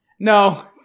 No